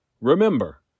Remember